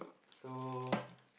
so